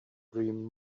dream